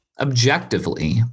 objectively